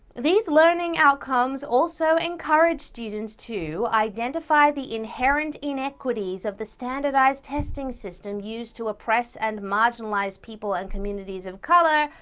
these learning outcomes also encourage students to identify the inherent inequities of the standardized testing system used to oppress and marginalize people and communities of color,